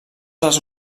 els